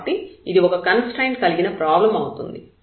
కాబట్టి ఇది ఒక్క కన్స్ట్రయిన్ట్ కలిగిన ప్రాబ్లం అవుతుంది